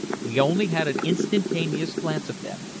we only had an instantaneous glance of them.